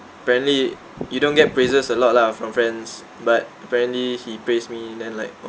apparently you don't get praises a lot lah from friends but apparently he praised me then like